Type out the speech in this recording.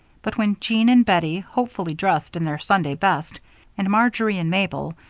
but when jean and bettie, hopefully dressed in their sunday-best, and marjory and mabel,